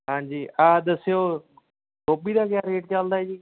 ਹਾਂਜੀ ਆਹ ਦੱਸਿਓ ਗੋਭੀ ਦਾ ਕਿਆ ਰੇਟ ਚੱਲਦਾ ਜੀ